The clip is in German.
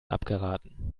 abgeraten